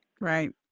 Right